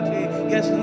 yes